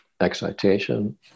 excitation